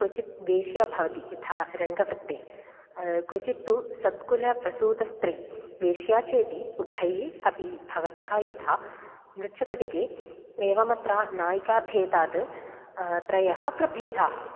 क्वचित् वेश्या भवति यथा रङ्गवृत्ते क्वचित्तु सत्कुलप्रसूता स्त्री वेश्या चेति उभये अपि भवतः यथा मृच्छकटिके एवमत्र नायिकाभेदः त्रयः प्रभेदाः